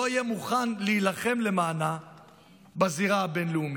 לא יהיה מוכן להילחם למענה בזירה הבין-לאומית.